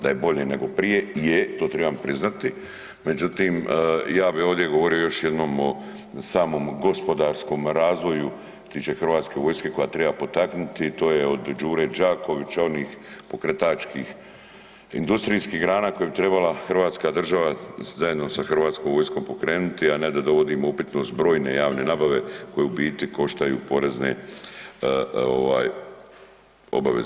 Da je bolje nego prije, je, to trebam priznati, međutim ja bi ovdje govorio o još jednom samom gospodarskom razvoju što se tiče hrvatske vojske kojeg treba potaknuti a to je od Đure Đakovića, onih pokretačkih industrijskih grana koje bi trebala hrvatska država zajedno sa hrvatskom vojskom pokrenuti a ne da dovodimo upitnost brojne javne nabave koje u biti koštaju porezne obaveznike.